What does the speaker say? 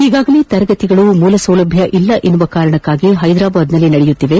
ಈಗಾಗಲೇ ತರಗತಿಗಳು ಮೂಲ ಸೌಲಭ್ಯ ಇಲ್ಲ ಎಂಬ ಕಾರಣಕ್ಕಾಗಿ ಹೈದರಾಬಾದ್ನಲ್ಲಿ ನಡೆಯುತ್ತಿದೆ